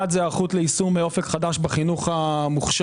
אחד זה היערכות לאופק חדש בחינוך המוכשר.